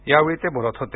त्यावेळी ते बोलत होते